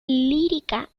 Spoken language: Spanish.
lírica